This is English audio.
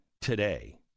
today